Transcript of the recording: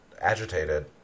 agitated